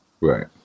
Right